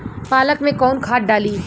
पालक में कौन खाद डाली?